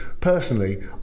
personally